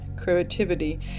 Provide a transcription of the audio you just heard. creativity